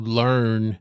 learn